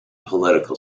political